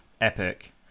Epic